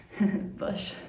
Bush